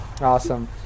Awesome